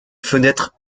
fenêtre